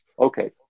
Okay